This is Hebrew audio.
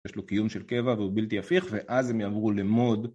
יש לו קיום של קבע והוא בלתי הפיך ואז הם יעברו למוד